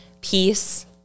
peace